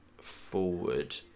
forward